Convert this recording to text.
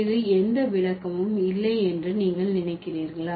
இது எந்த விளக்கமும் இல்லை என்று நீங்கள் நினைக்கிறீர்களா